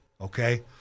okay